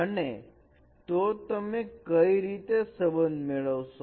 અને તો તમે કઈ રીતે સંબંધ મેળવશો